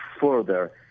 further